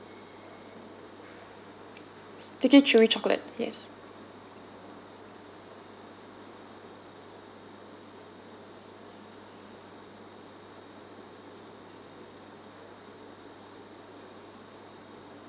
sticky chewy chocolate yes